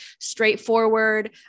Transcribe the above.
straightforward